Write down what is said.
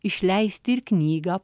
išleisti ir knygą